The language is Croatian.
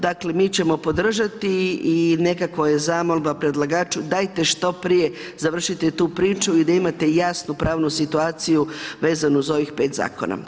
Dakle, mi ćemo podržati i nekako je zamolba predlagaču, dajte šti prije završite tu priču i da imate jasnu, pravnu situaciju, vezano uz ovih 5 zakona.